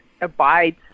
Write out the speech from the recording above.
abides